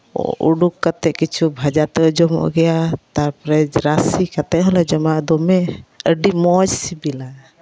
ᱩᱰᱩᱠ ᱠᱟᱛᱮᱫ ᱠᱤᱪᱷᱩ ᱵᱷᱟᱡᱟ ᱛᱮ ᱡᱚᱢᱚᱜ ᱜᱮᱭᱟ ᱛᱟᱨᱯᱚᱨᱮ ᱨᱟᱥᱮ ᱠᱟᱛᱮᱫ ᱦᱚᱸᱞᱮ ᱡᱚᱢᱟ ᱫᱚᱢᱮ ᱟᱹᱰᱤ ᱢᱚᱡᱽ ᱥᱤᱵᱤᱞᱟ